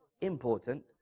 important